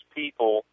people